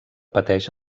pateix